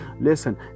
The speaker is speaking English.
Listen